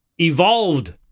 evolved